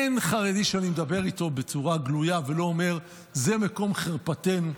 אין חרדי שאני מדבר איתו בצורה גלויה ולא אומר: זה מקום חרפתנו,